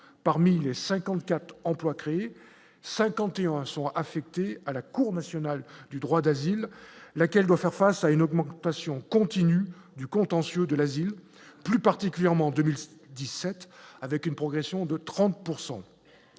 parmi les 54 emplois créés 51 sont affectés à la Cour nationale du droit d'asile, laquelle doit faire face à une augmentation continue du contentieux de l'asile, plus particulièrement en 2017 avec une progression de 30